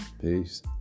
peace